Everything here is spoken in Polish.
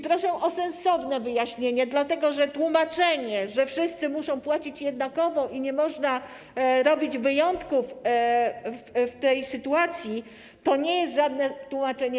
Proszę o sensowne wyjaśnienie, dlatego że tłumaczenie, że wszyscy muszą płacić jednakowo i nie można robić wyjątków w tej sytuacji, to nie jest żadne tłumaczenie.